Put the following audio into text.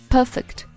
Perfect